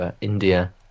India